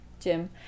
Jim